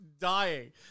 dying